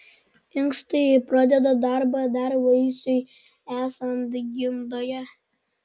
inkstai pradeda darbą dar vaisiui esant gimdoje